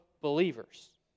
believers